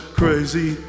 crazy